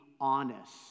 honest